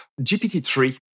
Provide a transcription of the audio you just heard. GPT-3